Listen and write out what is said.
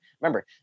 remember